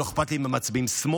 ולא אכפת לי אם הם מצביעים שמאל,